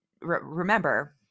remember